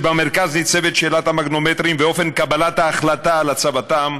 כשבמרכז ניצבת שאלת המגנומטרים ואופן קבלת ההחלטה על הצבתם,